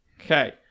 Okay